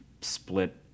split